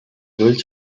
ulls